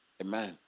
Amen